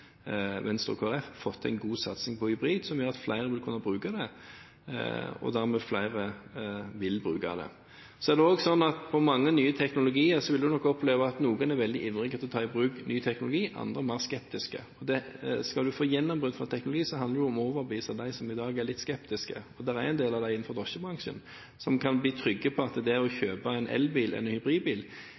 Venstre og Kristelig Folkeparti fått en god satsing på hybrid, som gjør at flere vil kunne bruke det, og da vil flere ønske å bruke det. Så er det også sånn at når det gjelder mange nye teknologier, vil man oppleve at noen er veldig ivrige etter å ta i bruk ny teknologi, andre er mer skeptiske. Skal man få gjennombrudd for teknologi, handler det om å overbevise dem som i dag er litt skeptiske – og det er en del av dem innenfor drosjebransjen – at de kan bli trygge på at det å kjøpe en elbil eller en hybridbil